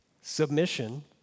Submission